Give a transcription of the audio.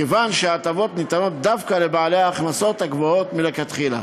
כיוון שההטבות ניתנות דווקא לבעלי ההכנסות הגבוהות מלכתחילה.